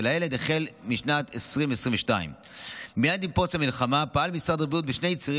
הילד החל משנת 2022. מייד עם פרוץ המלחמה פעל משרד הבריאות בשני צירים